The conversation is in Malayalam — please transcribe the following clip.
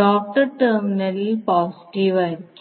ഡോട്ട്ഡ് ടെർമിനലിൽ പോസിറ്റീവ് ആയിരിക്കും